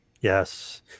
Yes